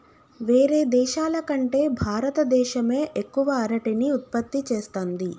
వేరే దేశాల కంటే భారత దేశమే ఎక్కువ అరటిని ఉత్పత్తి చేస్తంది